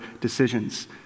decisions